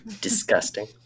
Disgusting